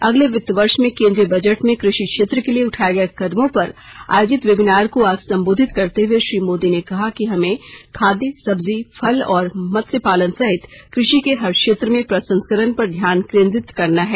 अगले वित्त वर्ष में केंद्रीय बजट में कृषि क्षेत्र के लिए उठाए गए कदमों पर आयोजित वेबिनार को आज संबोधित करते हुए श्री मोदी ने कहा कि हमें खाद्य सब्जी फल और मत्स्यपालन सहित कृषि के हर क्षेत्र में प्रसंस्करण पर ध्यान केंद्रित करना है